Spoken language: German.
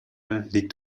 liegt